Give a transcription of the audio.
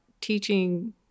teaching